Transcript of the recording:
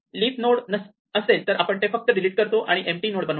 leaf node असेल तर आपण ते फक्त डिलीट करतो आणि एम्पटी नोड बनवितो